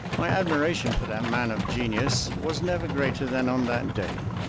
my admiration for that man of genius was never greater than on that day.